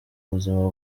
buzima